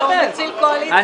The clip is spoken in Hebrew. רגע, הוא מציל את הקואליציה.